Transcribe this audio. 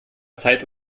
zeit